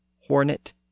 hornet